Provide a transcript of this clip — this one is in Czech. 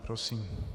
Prosím.